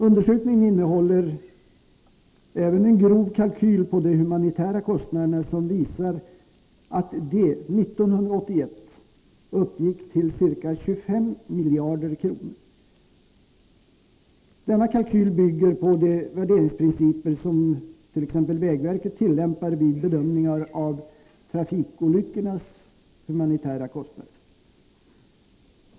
Undersökningen innehåller även en grov kalkyl på de humanitära kostnaderna, som visar att de 1981 uppgick till ca 25 miljarder kronor. Denna kalkyl bygger på de värderingsprinciper som t.ex. vägverket tillämpar vid bedömningar av trafikolyckornas humanitära kostnader.